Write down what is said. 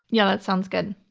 yeah, that sounds good.